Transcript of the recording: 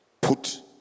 Put